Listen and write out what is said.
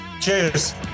Cheers